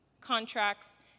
contracts